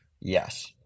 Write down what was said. Yes